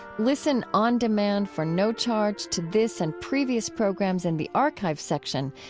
listen on demand for no charge to this and previous programs in the archive section,